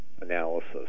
analysis